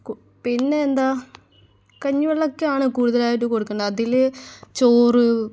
കു പിന്നെ എന്താണ് കഞ്ഞിവെള്ളം ഒക്കെയാണ് കൂടുതലായിട്ട് കൊടുക്കേണ്ടത് അതിൽ ചോറ്